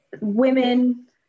Women